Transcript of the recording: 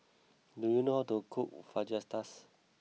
do you know how to cook Fajitas